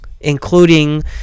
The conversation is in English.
including